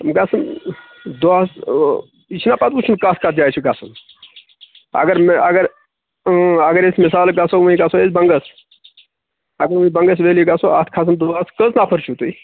یِم گژھَن دۄہَس یہِ چھِنہ پَتہٕ وٕچھُن کَتھ کَتھ جایہِ چھُ گژھُن اگر مےٚ اگر ٲں اگر أسۍ مِثال گژھَو وٕنۍ گژھَو أسۍ بَنٛگَس اگر وٕنۍ بَنٛگَس ویلی گژھَو اَتھ کھسَن دۄہَس کٔژ نَفَر چھِو تُہۍ